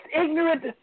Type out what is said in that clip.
ignorant